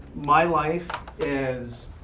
my life as